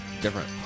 different